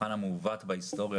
המבחן המעוות בהיסטוריה,